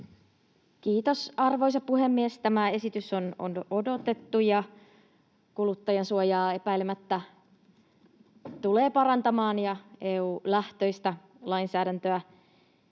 Kiitos arvoisa puhemies! Tämä esitys on odotettu, ja se tulee kuluttajansuojaa epäilemättä parantamaan ja EU-lähtöistä lainsäädäntöä.